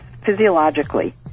physiologically